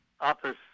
office